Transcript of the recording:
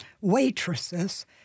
waitresses